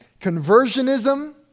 Conversionism